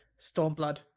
Stormblood